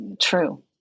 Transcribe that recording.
True